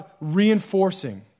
reinforcing